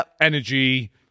energy